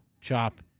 chop